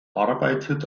arbeitet